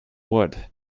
wood